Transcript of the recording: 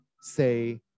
say